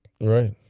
Right